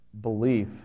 belief